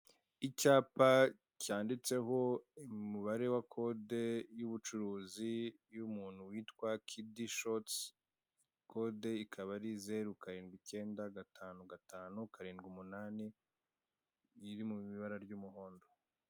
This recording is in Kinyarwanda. Icyapa cyanditseho umubare wa kode y'ubucuruzi y'umuntu witwa Kiddy Shotz kode, ikaba ari zeru karindwi icyenda gatanu gatanu karindwi umunani iri mu ibara ry'umuhondo.